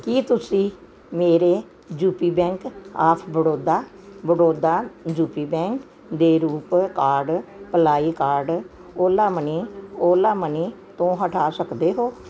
ਕੀ ਤੁਸੀਂ ਮੇਰੇ UP bank of Baroda Baroda UP bank ਦੇ ਰੂਪ ਕਾਰਡ ਪਲਾਈ card Ola money Ola money ਤੋਂ ਹਟਾ ਸਕਦੇ ਹੋ